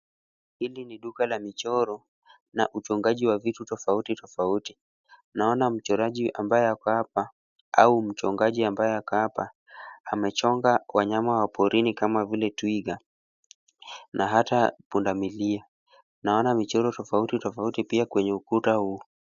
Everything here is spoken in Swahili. Hili ni duka la michoro na uchongaji tofauti tofauti. Naona mchoraji ambaye ako hapa au mchongaji ambaye ako hapa, amechonga wanyama wa porini kama vile twiga na hata pundamilia. Naona michoro tofauti tofauti pia kwenye ukuta huu.